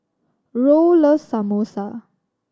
Roll loves Samosa